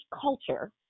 culture